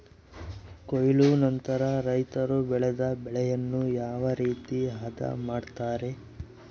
ಕೊಯ್ಲು ನಂತರ ರೈತರು ಬೆಳೆದ ಬೆಳೆಯನ್ನು ಯಾವ ರೇತಿ ಆದ ಮಾಡ್ತಾರೆ?